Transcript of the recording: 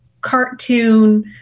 cartoon